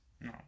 No